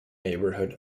neighborhood